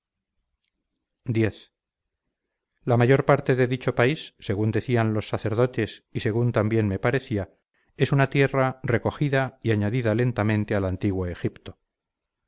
x la mayor parte de dicho país según decían los sacerdotes y según también me parecía es una tierra recogida y añadida lentamente al antiguo egipto